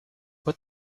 put